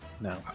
No